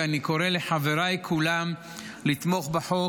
ואני קורא לחבריי כולם לתמוך בחוק.